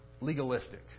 legalistic